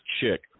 chick